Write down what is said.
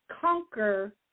conquer